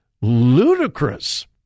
ludicrous